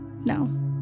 No